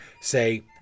say